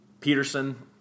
Peterson